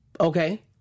Okay